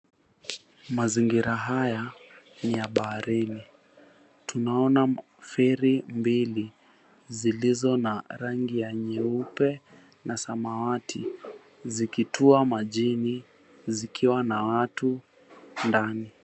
Mazingira haya ni ya ni ya baharini tunaona feri mbili zilizo na rangi ya nyeupe na samawati zikitua majini zikiwa na watu ndani.